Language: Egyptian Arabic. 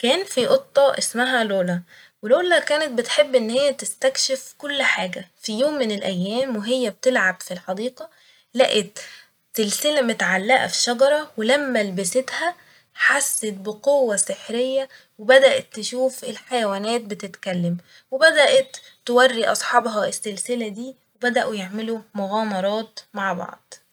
كان في قطة اسمها لولا ، و لولا كانت بتحب إنها تستكشف كل حاجة ، ف يوم من الأيام وهي بتلعب ف الحديقة لقت سلسلة متعلقة في شجرة ولما لبستها حست بقوة سحرية وبدأت تشوف الحيوانات بتتكلم وبدأت توري أصحابها السلسة دي وبدأت يعملوا مغامرات مع بعض